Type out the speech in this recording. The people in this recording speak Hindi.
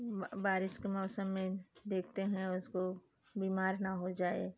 ब बारिश के मौसम में देखते हैं उसको बीमार न हो जाए